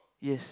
yes